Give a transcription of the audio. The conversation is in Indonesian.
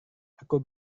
aku